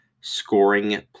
scoring